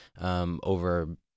over